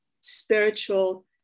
spiritual